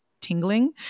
tingling